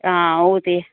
हां ओह् ते